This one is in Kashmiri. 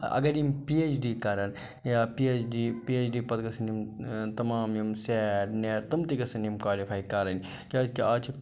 اگر یِم پی ایٮ۪چ ڈی کَرَن یا P H D P H D پَتہٕ گَژھن یِم تَمام یِم سٮ۪ٹ نٮ۪ٹ تم تہِ گژھن یِم کالِفاے کَرٕنۍ کیٛازِکہِ آز چھِ